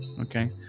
Okay